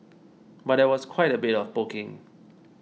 but there was quite a bit of poking